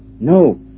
no